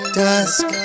dusk